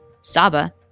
Saba